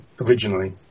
originally